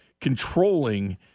controlling